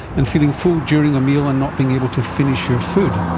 and feeling full during a meal and not being able to finish your food,